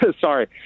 sorry